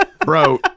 Bro